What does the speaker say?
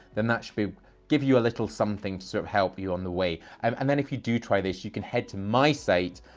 then that should give you a little something to sort of help you on the way. um and then if you do try this, you can head to my site,